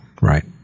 right